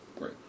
Right